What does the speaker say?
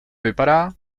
vypadá